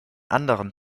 anderen